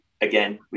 again